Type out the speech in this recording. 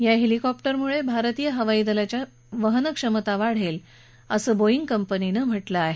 या हेलिकॉप्टरमुळे भारतीय हवाई दलाची वहन क्षमता वाढेल असं बोगि कंपनीने म्हटले आहे